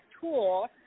tool